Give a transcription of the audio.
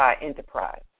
Enterprise